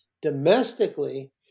domestically